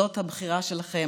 זאת הבחירה שלכם.